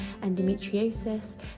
endometriosis